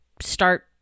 start